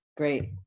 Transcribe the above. Great